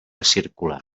circular